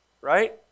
Right